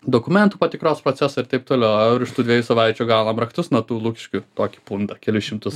dokumentų patikros procesai ir taip toliau ir už tų dviejų savaičių gavome raktus nuo tų lukiškių tokį pundą kelis šimtus